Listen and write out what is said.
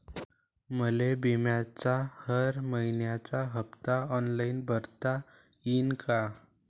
मले बिम्याचा हर मइन्याचा हप्ता ऑनलाईन भरता यीन का?